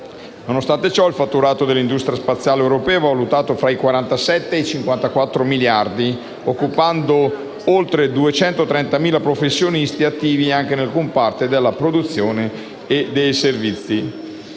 Nonostante ciò, il fatturato dell'industria spaziale europea è valutato tra i 47 e i 54 miliardi, occupando oltre 230.000 professionisti attivi anche nel comparto della produzione e dei servizi.